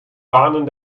warnen